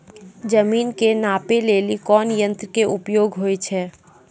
जमीन के नापै लेली कोन यंत्र के उपयोग होय छै?